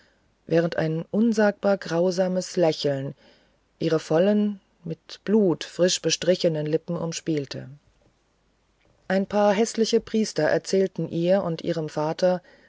während ein unsagbar grausames lächeln ihre vollen mit blut frisch bestrichenen lippen umspielte ein alter häßlicher priester erzählte ihr und ihrem vater